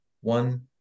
one